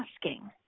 asking